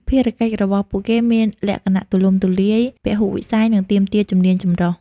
ភារកិច្ចរបស់ពួកគេមានលក្ខណៈទូលំទូលាយ ពហុវិស័យ និងទាមទារជំនាញចម្រុះ។